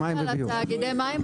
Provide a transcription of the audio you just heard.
אני מדברת על תאגידי המים.